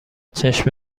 چشم